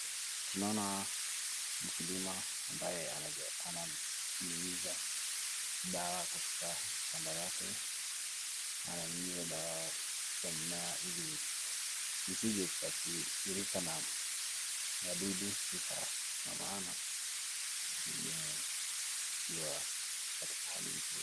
Tunaona mkulima ambaye anaja, ananyunyiza dawa katika shamba lake, ananyunyiza dawa katika mimea ili isije kuathirika na wadudu kisha na maana zimee zikiwa katika hali nzuri.